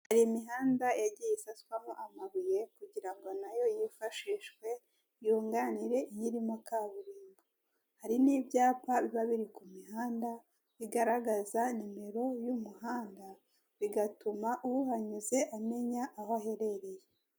Ahari imihanda yagiye isaswaho amabuye kugira ngo nayo yifashishwe yunganire iyirimo kaburimbo. Hari n'ibyapa biba biri ku muhanda bigaragaza nimero y'umuhanda, bigatuma uhanyuze amenya aho aherereye.